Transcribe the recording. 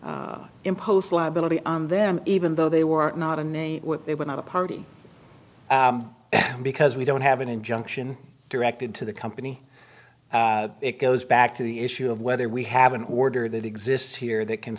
to impose liability on them even though they were not and they were not a party because we don't have an injunction directed to the company it goes back to the issue of whether we have an order that exists here that can